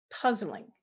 puzzling